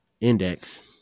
Index